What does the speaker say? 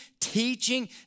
teaching